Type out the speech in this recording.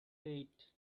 raid